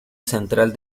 central